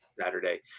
Saturday